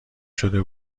شده